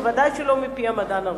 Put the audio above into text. בוודאי לא מפי המדען הראשי.